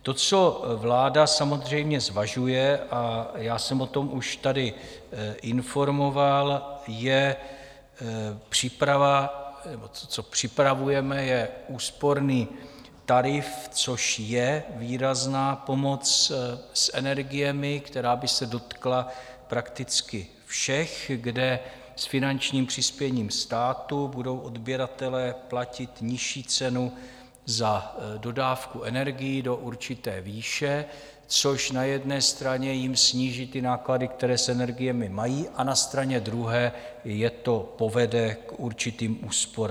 To, co vláda samozřejmě zvažuje a já jsem o tom už tady informoval co připravujeme, je úsporný tarif, což je výrazná pomoc s energiemi, která by se dotkla prakticky všech, kde s finančním přispěním státu budou odběratelé platit nižší cenu za dodávku energií do určité výše, což jim na jedné straně sníží náklady, které s energiemi mají, a na straně druhé je to povede k určitým úsporám.